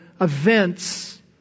events